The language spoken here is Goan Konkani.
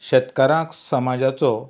शेतकारांक समाजाचो